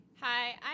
Hi